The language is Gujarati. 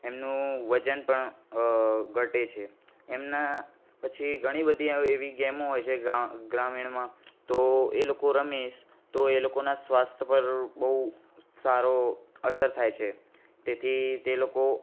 એમનો વજન પણ ઘટે છે એમના પછી ઘણી બધી આવી એવી ગેમો હોય છે ગ્રામીણમાં તો એ લોકો રમે તો એ લોકોના સ્વાસ્થ્ય પર બહુ સારો અસર થાય છે તેથી તે લોકો